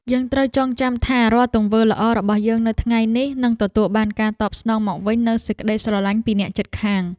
យើងត្រូវចងចាំថារាល់ទង្វើល្អរបស់យើងនៅថ្ងៃនេះនឹងទទួលបានការតបស្នងមកវិញនូវសេចក្តីស្រឡាញ់ពីអ្នកជិតខាង។